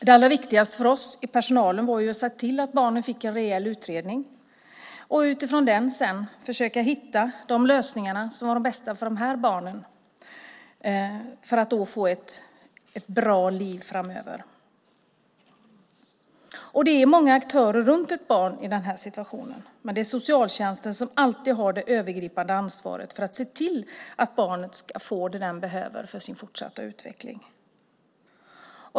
Det allra viktigaste för oss i personalen var att se till att barnen fick en rejäl utredning och att utifrån den sedan försöka hitta de lösningar som var de bästa för de här barnen för att de skulle få ett bra liv framöver. Det är många aktörer runt ett barn i den här situationen, men det är socialtjänsten som alltid har det övergripande ansvaret för att se till att barnet ska få det som det behöver för sin fortsatta utveckling.